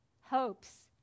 hopes